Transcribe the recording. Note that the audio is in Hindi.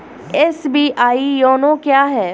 एस.बी.आई योनो क्या है?